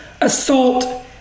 assault